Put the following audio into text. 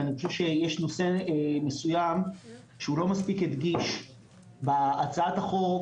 ואני חושב שיש נושא מסוים שהוא לא מספיק הדגיש בהצעת החוק